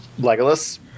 Legolas